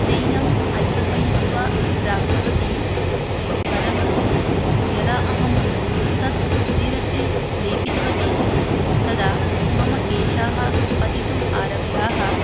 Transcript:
तैलम् आज्ञापयित्वा प्राप्तवती परन्तु यदा अहं तत् शिरसि लेपितवती तदा मम केशाः पतितुम् आरब्धाः